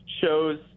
shows